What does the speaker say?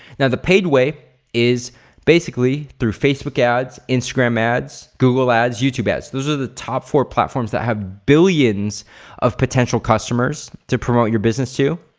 now the paid way is basically through facebook ads, instagram ads, google ads, youtube ads. those are the top four platforms that have billions of potential customers to promote your business to.